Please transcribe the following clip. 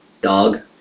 dog